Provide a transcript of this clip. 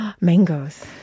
Mangoes